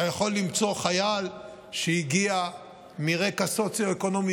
אתה יכול למצוא חייל שהגיע מרקע סוציו-אקונומי